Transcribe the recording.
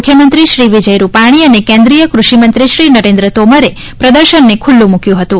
મુખ્યમંત્રી શ્રી વિજય રૂપાણી અને કેન્દ્રીય કૃષિમંત્રી શ્રી નરેન્દ્ર તોમરે પ્રદર્શનને ખૂલ્લું મૂક્યું હતું